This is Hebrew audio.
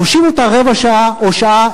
תושיב אותה רבע שעה או שעה,